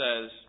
says